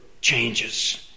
changes